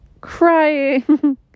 crying